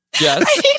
Yes